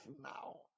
now